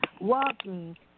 walking